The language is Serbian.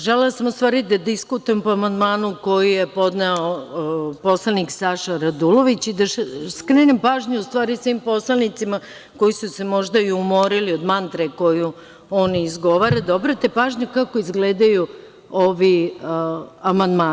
Želela sam u stvari da diskutujem po amandmanu koji je podneo poslanik Saša Radulović i da skrenem pažnju svim poslanicima koji su se možda umorili od mantre koju on izgovara, da obrate pažnju kako izgledaju amandmani.